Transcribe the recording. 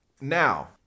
Now